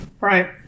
Right